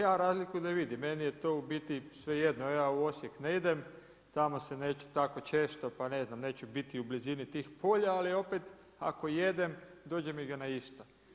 Ja razliku ne vidim, meni je to u biti svejedno, ja u Osijek ne idem, tamo se neće tako često, pa ne znam, neću biti u blizini tih polja, ali opet ako jedem, dođe mi ga na isto.